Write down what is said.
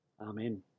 Amen